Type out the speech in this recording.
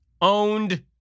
Owned